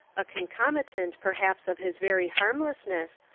a concomitant per haps of his very harmlessness,